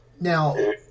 Now